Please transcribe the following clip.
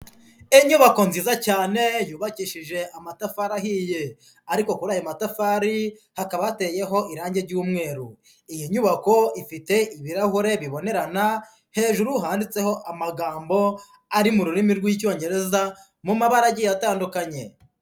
Inyubako nziza cyane, yubakishije amatafari ahiye ariko kuri ayo matafari, hakaba hateyeho irange ry'umweru. Iyi nyubako, ifite ibirahure bibonerana, hejuru handitseho amagambo ari mu rurimi rw'Icyongereza, mu mabara agiye atandukanye.